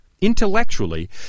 Intellectually